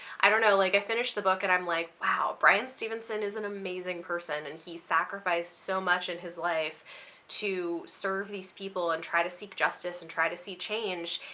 i don't know like i finished the book and i'm like, wow. bryan stevenson is an amazing person and he sacrificed so much in his life to serve these people and try to seek justice and try to see change,